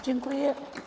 Dziękuję.